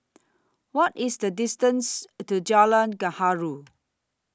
What IS The distance to Jalan Gaharu